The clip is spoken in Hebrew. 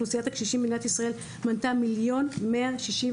אוכלוסיית הקשישים במדינת ישראל מנתה מיליון מאה ו-64